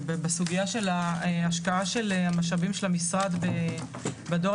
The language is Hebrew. בסוגיה של ההשקעה של המשאבים של המשרד בדור